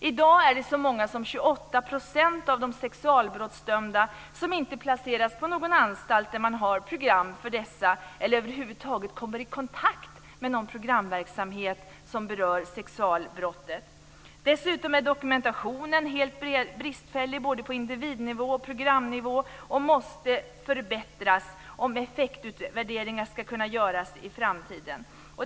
I dag är det så många som 28 % av de sexualbrottsdömda som inte placeras på någon anstalt där man har program för dem eller som över huvud taget kommer i kontakt med någon programverksamhet som berör sexualbrottet. Dessutom är dokumentationen helt bristfällig både på individnivå och programnivå och måste förbättras om effektutvärderingar ska kunna göras i framtiden.